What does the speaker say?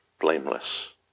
blameless